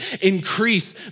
increase